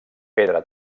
pedra